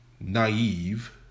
naive